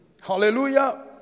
Hallelujah